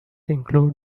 include